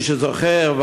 מי שזוכר,